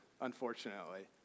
Unfortunately